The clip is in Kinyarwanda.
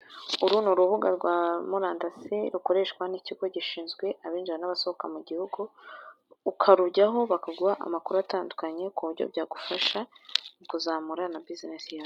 Uru ni urubuga rwa murandasi rukoreshwa n'ikigo gishinzwe abinjira n'abasohoka mu gihugu, ukarujyaho bakaguha amakuru atandukanye ku buryo byagufasha kuzamura na bizinesi yawe.